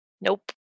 Nope